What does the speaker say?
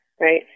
right